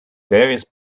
various